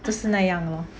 就是那样 lor